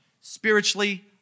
Spiritually